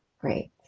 Great